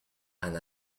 and